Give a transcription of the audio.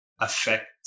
affect